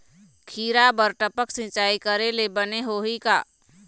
खिरा बर टपक सिचाई करे ले बने होही का?